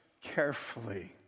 carefully